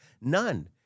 None